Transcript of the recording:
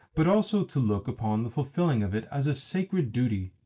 but also to look upon the fulfilling of it as a sacred duty.